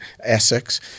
Essex